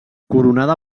coronada